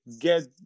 get